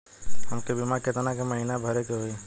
हमके बीमा केतना के महीना भरे के होई?